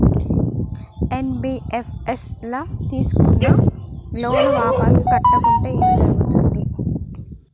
NBFS ల తీస్కున్న loan వాపస్ కట్టకుంటే ఏం జర్గుతది?